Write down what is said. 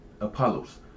Apollos